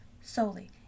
solely